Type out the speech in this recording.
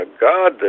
God